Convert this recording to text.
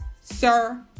sir